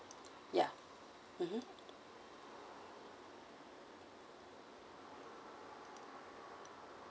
yeah mmhmm